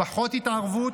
פחות התערבות,